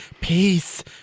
peace